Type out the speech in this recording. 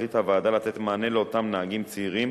החליטה הוועדה לתת מענה לאותם נהגים צעירים